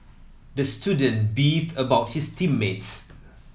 the student beefed about his team mates